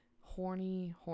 horny